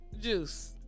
Juice